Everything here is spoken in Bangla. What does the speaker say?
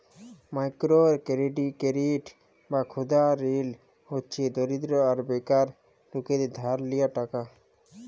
মাইকোরো কেরডিট বা ক্ষুদা ঋল হছে দরিদ্র আর বেকার লকদের ধার লিয়া টাকা